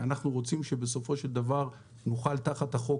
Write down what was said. אנחנו רוצים שבסופו של דבר נוכל תחת החוק